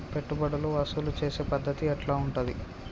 పెట్టుబడులు వసూలు చేసే పద్ధతి ఎట్లా ఉంటది?